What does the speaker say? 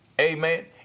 Amen